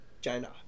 China